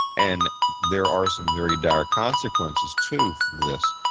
and there are some very dire consequences to this.